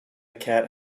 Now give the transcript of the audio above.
cat